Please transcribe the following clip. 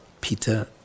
Peter